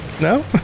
No